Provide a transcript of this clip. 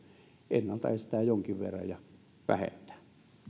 ennalta estää jonkin verran ja vähentää